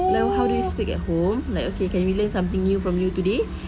like how do you speak at home like okay can we learn something new from you today